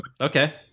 Okay